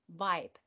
vibe